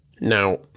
Now